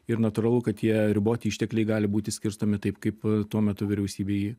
ir natūralu kad tie riboti ištekliai gali būti skirstomi taip kaip tuo metu vyriausybei